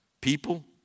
People